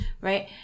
Right